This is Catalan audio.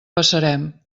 passarem